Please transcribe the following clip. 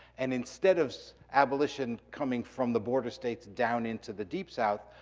and instead of so abolition coming from the border states down into the deep south,